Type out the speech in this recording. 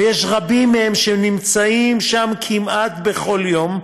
ויש רבים מהם שנמצאים שם כמעט בכל יום,